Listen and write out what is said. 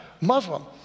Muslim